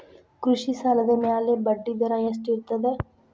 ಕೃಷಿ ಸಾಲದ ಮ್ಯಾಲೆ ಬಡ್ಡಿದರಾ ಎಷ್ಟ ಇರ್ತದ?